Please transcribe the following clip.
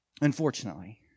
unfortunately